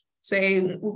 say